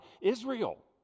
Israel